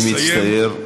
אדוני, אני מצטער.